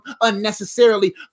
unnecessarily